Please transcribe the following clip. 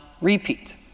repeat